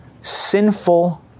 sinful